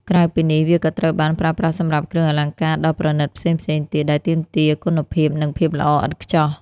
ក្រៅពីនេះ វាក៏ត្រូវបានប្រើប្រាស់សម្រាប់គ្រឿងអលង្ការដ៏ប្រណិតផ្សេងៗទៀតដែលទាមទារគុណភាព និងភាពល្អឥតខ្ចោះ។